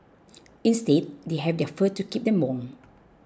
instead they have their fur to keep them warm